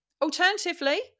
Alternatively